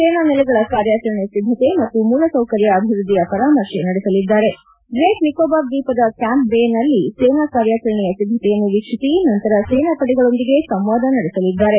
ಸೇನಾ ನೆಲೆಗಳ ಕಾರ್ಯಾಚರಣೆ ಸಿದ್ದತೆ ಮತ್ತು ಮೂಲಸೌಕರ್ಯ ಅಭಿವೃದ್ದಿಯ ಪರಾಮರ್ತೆ ನಡೆಸಲಿದ್ದಾರೆಗ್ರೇಟ್ ನಿಕೋಬಾರ್ ದ್ವೀಪದ ಕ್ಯಾಂಪ್ ಬೇನಲ್ಲಿ ಸೇನಾ ಕಾರ್ಯಾಚರಣೆಯ ಸಿದ್ದತೆಯನ್ನು ವೀಕ್ಷಿಸಿ ನಂತರ ಸೇನಾ ಪಡೆಗಳೊಂದಿಗೆ ಸಂವಾದ ನಡೆಸಲಿದ್ದಾರೆ